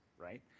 right